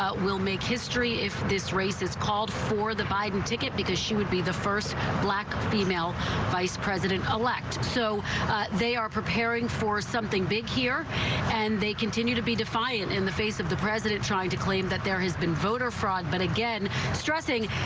ah will make history if this race is called for the biden ticket because she would be the first black female vice president elect so they are preparing for something big here and they continue to be defiant in the face of the president trying to claim that there has been voter fraud but again stressing.